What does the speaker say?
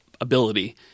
ability